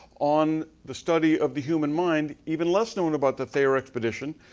on the study of the human mind. even less known about the thayer expedition,